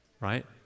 right